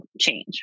change